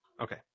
Okay